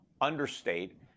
understate